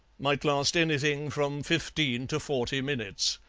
might last anything from fifteen to forty minutes,